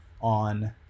on